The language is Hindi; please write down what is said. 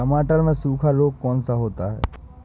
टमाटर में सूखा रोग कौन सा होता है?